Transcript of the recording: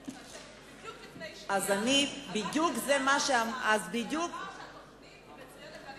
כאשר בדיוק לפני שנייה עמד כאן שר האוצר ואמר שהתוכנית היא מצוינת.